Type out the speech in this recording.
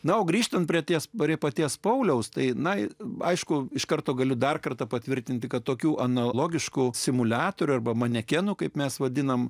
na o grįžtant prie ties bare paties pauliaus tai na aišku iš karto galiu dar kartą patvirtinti kad tokių analogiškų simuliatorių arba manekenų kaip mes vadiname